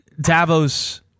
Davos